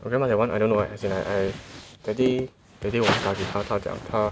my grandma that one I don't know eh as in like that day that day 我打给他他讲他